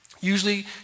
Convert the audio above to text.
Usually